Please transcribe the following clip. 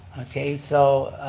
okay, so,